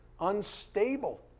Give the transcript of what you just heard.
unstable